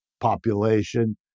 population